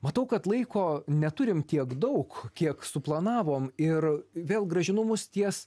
matau kad laiko neturim tiek daug kiek suplanavom ir vėl grąžinu mus ties